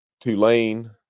Tulane